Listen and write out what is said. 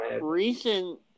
recent